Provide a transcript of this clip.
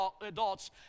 adults